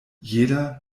jeder